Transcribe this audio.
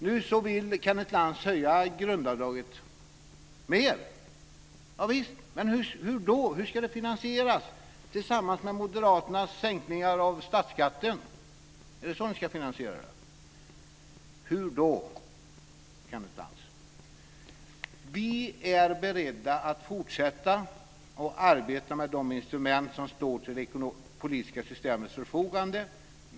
Nu vill Kenneth Lantz höja grundavdraget mer. Javisst, men hur då? Hur ska det finansieras? Är det tillsammans med moderaternas sänkningar av statsskatten ni ska finansiera det? Hur då, Kenneth Lantz? Vi är beredda att fortsätta arbeta med de instrument som står till det politiska systemets förfogande.